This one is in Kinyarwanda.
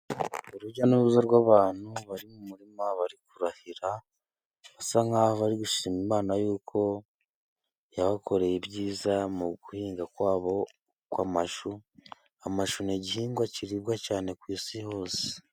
Urujya n'uruza rw'abantu bari mu murima bari kurahira basa nkaho bari gushima Imana y'uko yabakoreye ibyiza mu guhinga kwabo kw'amashu. Amashu ni igihingwa kiribwa cyane ku isi hose.